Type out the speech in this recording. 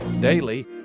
Daily